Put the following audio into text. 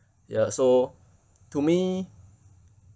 ya so to me